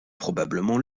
probablement